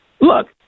Look